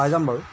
পাই যাম বাৰু